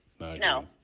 No